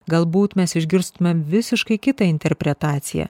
galbūt mes išgirstumėm visiškai kitą interpretaciją